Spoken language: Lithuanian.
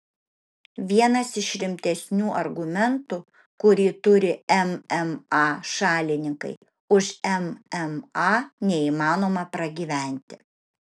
vienas iš rimtesnių argumentų kurį turi mma šalininkai už mma neįmanoma pragyventi